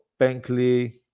bankley